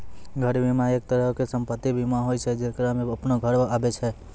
घर बीमा, एक तरहो के सम्पति बीमा होय छै जेकरा मे अपनो घर आबै छै